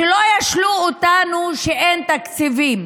שלא ישלו אותנו שאין תקציבים,